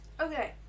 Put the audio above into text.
Okay